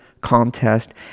contest